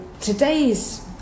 today's